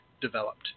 developed